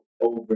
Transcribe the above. over